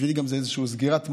בשבילי זו גם איזושהי סגירת מעגל,